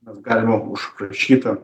mes galime užprašyti